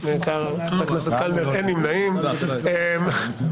הצבעה לא אושרו.